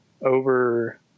over